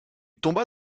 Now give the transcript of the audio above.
tomba